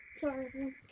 Sorry